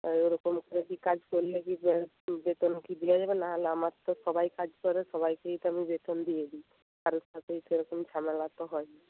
আর এরকম করে কি কাজ করলে কি বেতন কি দেওয়া যাবে না হলে আমার তো সবাই কাজ করে সবাইকেই তো আমি বেতন দিয়ে দিই কারোর সাথেই তো এরকম ঝামেলা তো হয়নি